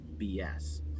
BS